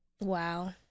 Wow